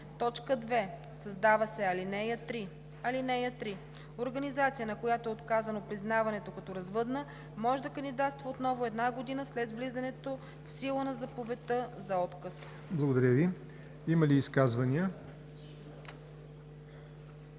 кодекс.“ 2. Създава се ал. 3: „(3) Организация, на която е отказано признаването като развъдна, може да кандидатства отново една година след влизането в сила на заповедта за отказ.“ ПРЕДСЕДАТЕЛ ЯВОР НОТЕВ: Има ли изказвания?